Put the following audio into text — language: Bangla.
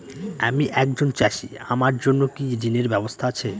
আমি একজন চাষী আমার জন্য কি ঋণের ব্যবস্থা আছে?